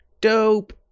Dope